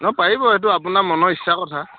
নহয় পাৰিব এইটো আপোনাৰ মনৰ ইচ্ছাৰ কথা